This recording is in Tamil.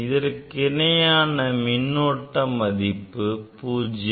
இதற்கு இணையான மின்னோட்ட மதிப்பு 0